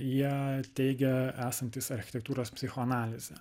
jie teigia esantys architektūros psichoanalizė